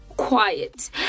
Quiet